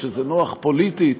כשזה נוח פוליטית,